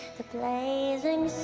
the blazing